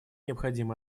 необходимо